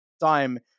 time